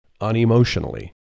unemotionally